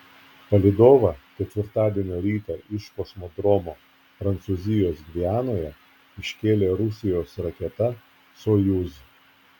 palydovą ketvirtadienio rytą iš kosmodromo prancūzijos gvianoje iškėlė rusijos raketa sojuz